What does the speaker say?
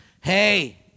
Hey